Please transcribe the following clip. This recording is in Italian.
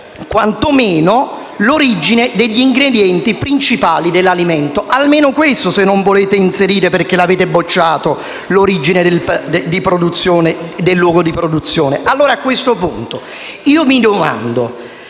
quantomeno, l'origine degli ingredienti principali dell'alimento; almeno questo, se non volete inserire - perché l'avete bocciata - l'origine del luogo di produzione. A questo punto, mettiamoci